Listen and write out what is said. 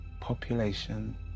Population